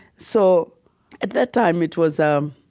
so at that time it was, um